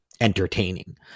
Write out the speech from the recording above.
entertaining